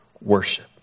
worship